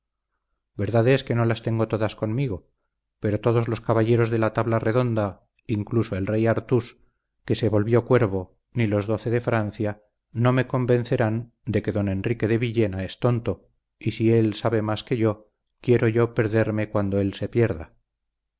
que no las tengo todas conmigo pero todos los caballeros de la tabla redonda incluso el rey artus que se volvió cuervo ni los doce de francia no me convencerán de que don enrique de villena es tonto y si él sabe más que yo quiero yo perderme cuando él se pierda